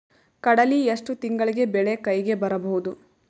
ಕಡಲಿ ಎಷ್ಟು ತಿಂಗಳಿಗೆ ಬೆಳೆ ಕೈಗೆ ಬರಬಹುದು?